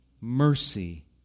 mercy